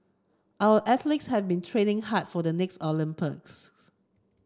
our athletes have been training hard for the next Olympics